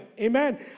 Amen